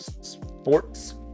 Sports